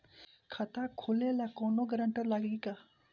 खाता खोले ला कौनो ग्रांटर लागी का?